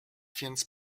więc